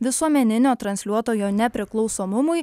visuomeninio transliuotojo nepriklausomumui